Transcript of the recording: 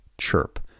CHIRP